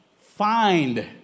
find